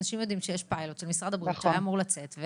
אנשים יודעים שיש פיילוט של משרד הבריאות שהיה אמור לצאת.